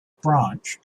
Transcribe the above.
branch